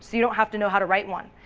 you don't have to know how to write one.